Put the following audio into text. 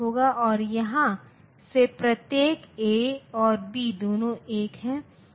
तो यह माइनस 7 तक जा रहा है